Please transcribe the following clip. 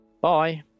Bye